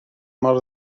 mor